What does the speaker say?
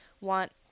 want